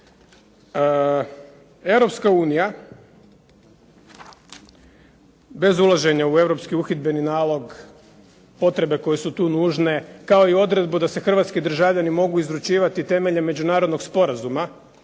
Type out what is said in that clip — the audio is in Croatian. Europska unija bez ulaženja u europski uhidbeni nalog potrebe koje su tu nužne kao i odredbu da se hrvatski državljani mogu izručivati temeljem međunarodnog sporazuma